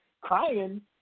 crying